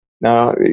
Now